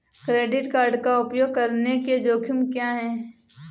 Credit card का उपयोग करने के जोखिम क्या हैं?